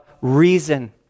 reason